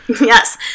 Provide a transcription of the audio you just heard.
Yes